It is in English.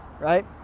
right